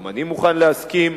גם אני מוכן להסכים,